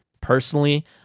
personally